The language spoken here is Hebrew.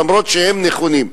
למרות שהם נכונים.